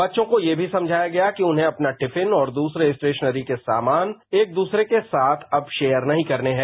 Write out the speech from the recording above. बच्चों को यह भी समझाया गया कि उन्हें अपना टिफिन और दूसरे स्टेशनरी के सामान एक दूसरे के साथ अब रोयर नहीं करने हैं